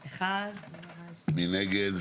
1. מי נגד?